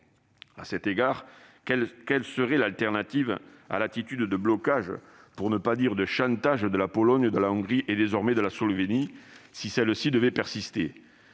À cet égard, quelle serait la réponse à l'attitude de blocage, pour ne pas dire de chantage, de la Pologne, de la Hongrie et, désormais, de la Slovénie si celle-ci devait persister ?